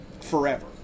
forever